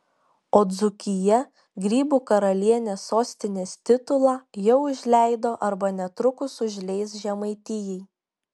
o dzūkija grybų karalienės sostinės titulą jau užleido arba netrukus užleis žemaitijai